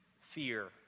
fear